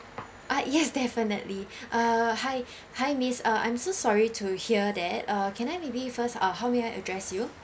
ah yes definitely uh hi hi miss uh I'm so sorry to hear that uh can I maybe first uh how may I address you